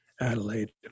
adelaide